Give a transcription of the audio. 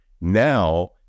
now